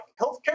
healthcare